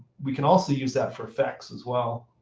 we can also use that for effects as well.